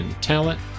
Talent